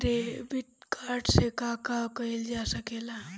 Debit card से का का कइल जा सके ला?